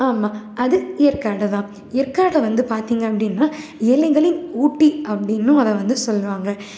ஆமாம் அது ஏற்காடு ஏற்காடு வந்து பார்த்திங்க அப்படின்னா ஏழைகளின் ஊட்டி அப்படின்னும் அதை வந்து சொல்லுவாங்க